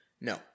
No